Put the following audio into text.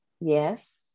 yes